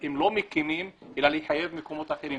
אם לא מקימים אלא לחייב במקומות אחרים,